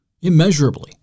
immeasurably